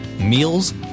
meals